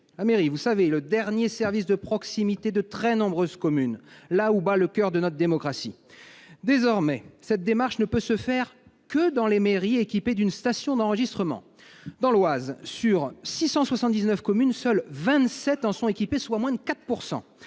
sa mairie, ce dernier service de proximité dans de très nombreuses communes, là où bat le coeur de notre démocratie. Désormais, cette démarche ne peut se faire que dans les mairies équipées d'une station d'enregistrement. Dans l'Oise, sur 679 communes, seules 27 en sont équipées, soit moins de 4